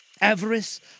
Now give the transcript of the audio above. Avarice